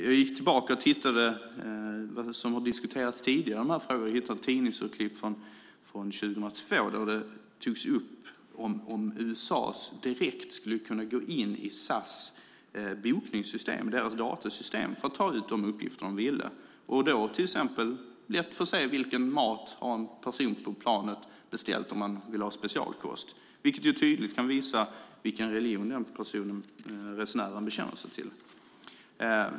Jag gick tillbaka och tittade vad som sagts tidigare i den här frågan och hittade tidningsurklipp från 2002, då det togs upp om USA direkt skulle kunna gå in i SAS datasystem för att ta ut uppgifter de ville och lätt kunna se till exempel vilken mat en person på planet beställt om man vill ha specialkonst. Det kan tydligt visa vilken religion den resenären bekänner sig till.